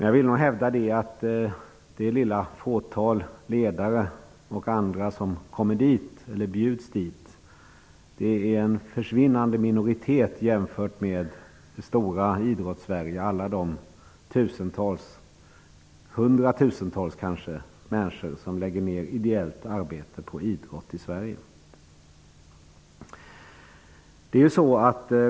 Jag vill hävda att det lilla fåtal ledare och andra som bjuds dit är en försvinnande minoritet i förhållande till de hundratusentals människor som lägger ned ideellt arbete på idrott i Sverige.